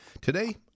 Today